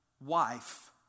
wife